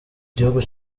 gihugu